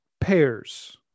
pairs